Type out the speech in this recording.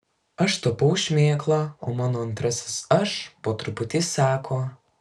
aš tapau šmėkla o mano antrasis aš po truputį seko